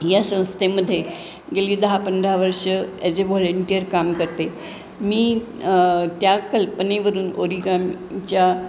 या संस्थेमध्ये गेली दहा पंधरा वर्ष ॲज अ व्हॉलेंटिअर काम करते मी त्या कल्पनेवरून ओरीगामच्या